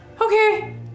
okay